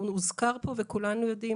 הוזכר פה וכולם גם יודעים,